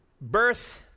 birth